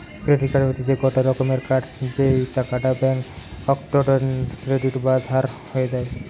credit card হতিছে গটে রকমের কার্ড যেই টাকাটা ব্যাঙ্ক অক্কোউন্টে ক্রেডিট বা ধার হয়ে যায়